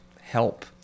help